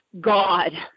God